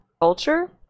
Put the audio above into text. culture